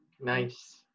Nice